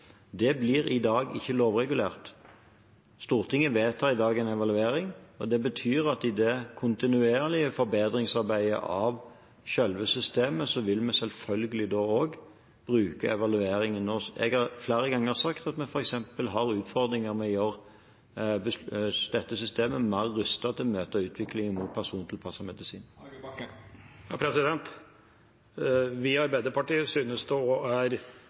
Det blir i dag ikke lovregulert. Stortinget vedtar i dag en evaluering. Det betyr at i det kontinuerlige forbedringsarbeidet av selve systemet vil vi selvfølgelig også bruke evalueringen. Jeg har flere ganger sagt at vi f.eks. har utfordringer med å gjøre dette systemet bedre rustet til å møte utviklingen med persontilpasset medisin. Vi i Arbeiderpartiet synes også det er